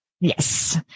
Yes